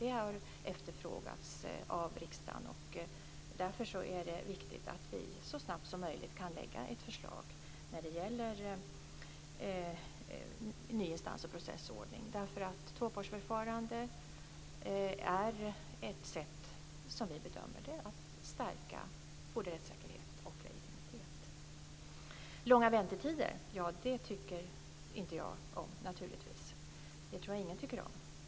Det har efterfrågats av riksdagen. Därför är det viktigt att vi så snabbt som möjligt kan lägga fram ett förslag när det gäller ny instans och processordning. Tvåpartsförfarande är som vi bedömer det ett sätt att stärka både rättssäkerhet och legitimitet. Långa väntetider tycker jag naturligtvis inte om. Det tror jag inte att någon tycker om.